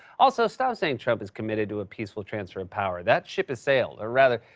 also, stop saying trump is committed to a peaceful transfer of power. that ship has sailed or, rather,